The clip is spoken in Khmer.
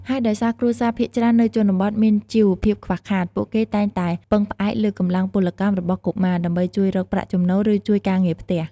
ហើយដោយសារគ្រួសារភាគច្រើននៅជនបទមានជីវភាពខ្វះខាត ពួកគេតែងតែពឹងផ្អែកលើកម្លាំងពលកម្មរបស់កុមារ ដើម្បីជួយរកប្រាក់ចំណូល ឬជួយការងារផ្ទះ។